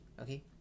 Okay